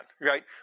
right